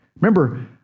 Remember